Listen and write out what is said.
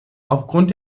aufgrund